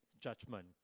judgment